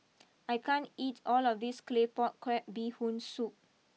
I can't eat all of this Claypot Crab Bee Hoon Soup